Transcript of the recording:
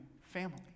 family